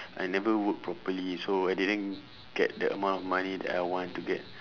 I never work properly so I didn't get the amount of money that I want to get